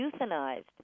euthanized